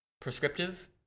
prescriptive